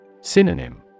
Synonym